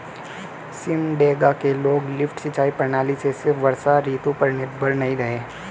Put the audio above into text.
सिमडेगा के लोग लिफ्ट सिंचाई प्रणाली से सिर्फ वर्षा ऋतु पर निर्भर नहीं रहे